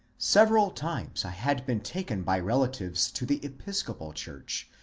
several times i had been taken by relatives to the episcopal church,